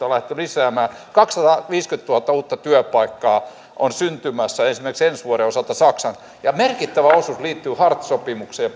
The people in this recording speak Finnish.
on lähdetty lisäämään kaksisataaviisikymmentätuhatta uutta työpaikkaa on syntymässä esimerkiksi ensi vuoden osalta saksaan ja merkittävä osuus liittyy hartz sopimukseen